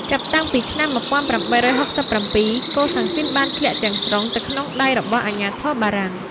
ចាប់តាំងពីឆ្នាំ ១៨៦៧ កូសាំងស៊ីនបានធ្លាក់ទាំងស្រុងទៅក្នុងដៃរបស់អាជ្ញាធរ បារាំង។